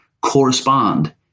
correspond